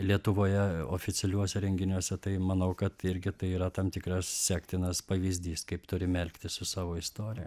lietuvoje oficialiuose renginiuose tai manau kad irgi tai yra tam tikras sektinas pavyzdys kaip turime elgtis su savo istorija